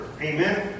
Amen